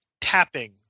tapping